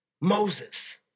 Moses